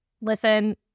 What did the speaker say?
listen